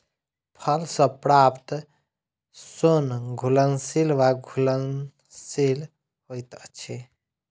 फल सॅ प्राप्त सोन घुलनशील वा अघुलनशील होइत अछि